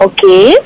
Okay